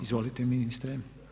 Izvolite ministre.